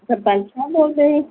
ਸਰਪੰਚ ਸਾਹਿਬ ਬੋਲਦੇ ਜੀ